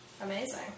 Amazing